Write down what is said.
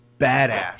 badass